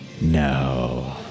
No